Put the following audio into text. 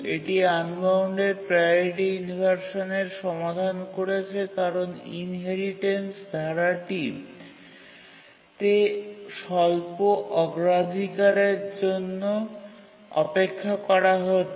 এটি unbounded priority ইনভারসানের সমাধান করেছে কারণ ইনহেরিটেন্স ধারাটিতে স্বল্প অগ্রাধিকারের জন্য অপেক্ষা করা হচ্ছে